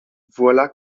voilà